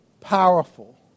powerful